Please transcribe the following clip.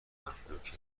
مفلوکه